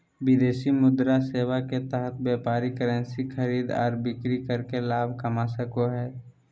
विदेशी मुद्रा सेवा के तहत व्यापारी करेंसी के खरीद आर बिक्री करके लाभ कमा सको हय